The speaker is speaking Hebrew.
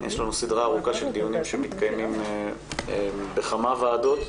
יש לנו סידרה ארוכה של דיונים שמתקיימים בכמה ועדות.